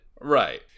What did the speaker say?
Right